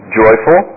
joyful